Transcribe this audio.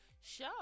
show